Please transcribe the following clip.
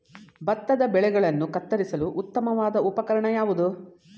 ಭತ್ತದ ಬೆಳೆಗಳನ್ನು ಕತ್ತರಿಸಲು ಉತ್ತಮವಾದ ಉಪಕರಣ ಯಾವುದು?